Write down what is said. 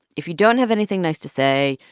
if you don't have anything nice to say,